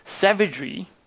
savagery